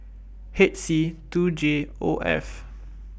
H C two J O F